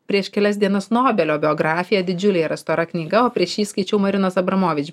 prieš kelias dienas nobelio biografiją didžiulė yra stora knyga o prieš jį skaičiau marinos abramovič